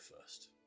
first